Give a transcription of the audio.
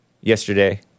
yesterday